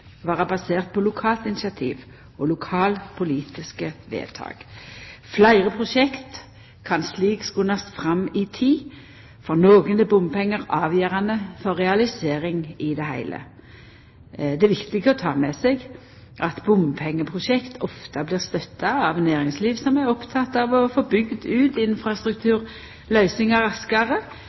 basert på lokalt initiativ og lokalpolitiske vedtak. Fleire prosjekt kan slik skundast fram i tid, for nokre er bompengar avgjerande for realisering i det heile. Det er viktig å ha med seg at bompengeprosjekt ofte blir støtta av næringsliv som er oppteke av å få bygd ut infrastrukturløysingar raskare